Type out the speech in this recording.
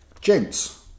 Gents